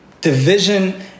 Division